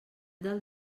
del